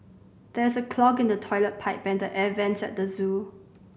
there is a clog in the toilet pipe and the air vents at the zoo